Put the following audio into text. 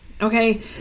okay